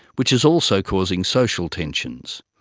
which is also causing social tensions.